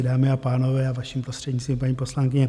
Dámy a pánové, a vaším prostřednictvím, paní poslankyně.